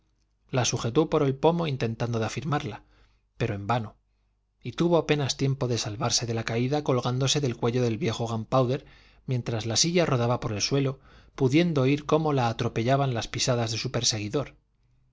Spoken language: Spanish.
la sujetó por el pomo tratando de afirmarla pero en vano y tuvo apenas tiempo de salvarse de la caída colgándose del cuello del viejo gunpowder mientras la silla rodaba por el suelo pudiendo oír cómo la atropellaban las pisadas de su perseguidor